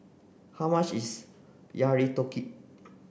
how much is Yakitori